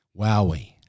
Wowie